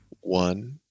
One